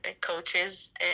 coaches